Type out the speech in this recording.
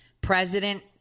President